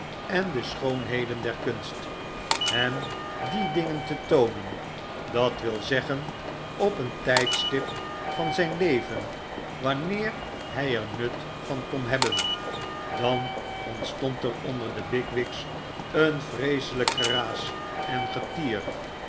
en de schoonheden derkunst hem die dingen te toonen dat wil zeggen op een tydstip van zyn leven wanneer hy er nut van kon hebben dan ontstond er onder de bigwig's een vreeselyk geraas en getier